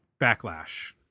backlash